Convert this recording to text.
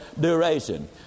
duration